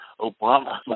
Obama